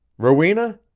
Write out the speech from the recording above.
rowena?